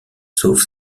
sauve